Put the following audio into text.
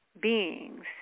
beings